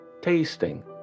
tasting